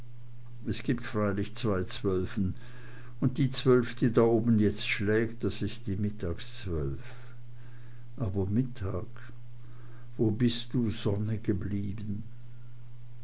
es gibt freilich zwei zwölfen und die zwölf die da oben jetzt schlägt das is die mittagszwölf aber mittag wo bist du sonne geblieben